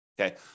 okay